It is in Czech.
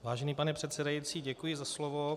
Vážený pane předsedající, děkuji za slovo.